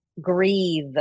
grieve